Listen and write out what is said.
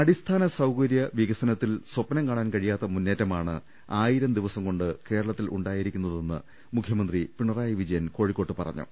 അടിസ്ഥാന സൌകര്യവികസനത്തിൽ സ്വപ്നം കാണാൻ കഴിയാത്ത മുന്നേറ്റമാണ് ആയിരംദിവസംകൊണ്ട് കേരളത്തിലുണ്ടായിരിക്കുന്നതെന്ന് മുഖ്യമന്ത്രി പിണറായി വിജയൻ കോഴിക്കോട്ട് പറഞ്ഞു